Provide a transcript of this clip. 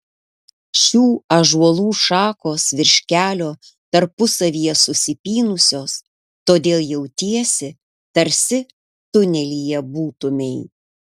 šių ąžuolų šakos virš kelio tarpusavyje susipynusios todėl jautiesi tarsi tunelyje būtumei